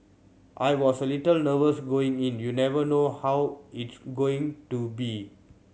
I was a little nervous going in you never know how it's going to be